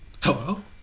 Hello